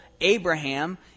Abraham